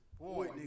boy